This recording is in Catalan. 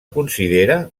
considera